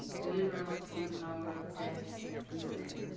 deliver us from the power of death and sin